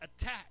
attack